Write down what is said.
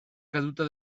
caduta